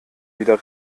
wieder